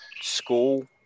school